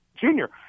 junior